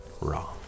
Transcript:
raw